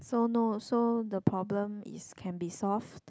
so no so the problem is can be solve